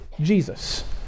jesus